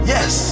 Yes